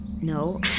no